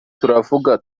turavuga